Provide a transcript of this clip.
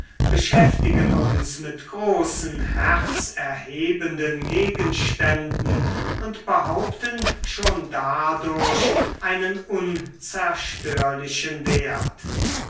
beschäftigen uns mit großen herzerhebenden gegenständen und behaupten schon dadurch einen unzerstörlichen wert